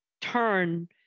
turn